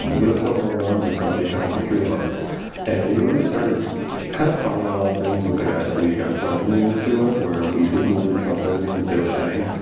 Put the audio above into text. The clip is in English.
we're still going around just selling accounts for three of us and we really started kind of finding a lot of things with the guys that we got started in the industry with where we didn't really trust everything they were saying.